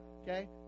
okay